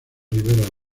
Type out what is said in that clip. riberas